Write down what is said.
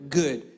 good